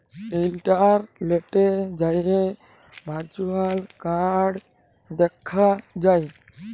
ইলটারলেটে যাঁয়ে virtual card দ্যাখা যায়